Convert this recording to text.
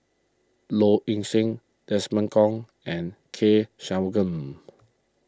Low Ing Sing Desmond Kon and K Shanmugam